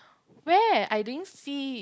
where I didn't see it